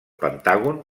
pentàgon